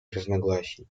разногласий